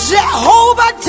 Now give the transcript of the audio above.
Jehovah